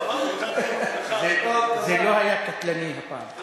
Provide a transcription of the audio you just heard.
לא, אמרנו, זה לא היה קטלני הפעם.